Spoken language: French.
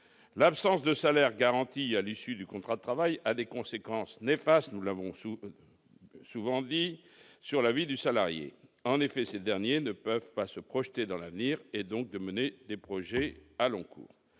l'absence de salaire garanti à l'issue du contrat de travail, a des conséquences néfastes, nous l'avons sous-souvent dit sur la vie du salarié, en effet, ces derniers ne peuvent pas se projeter dans l'avenir et donc de mener des projets à long court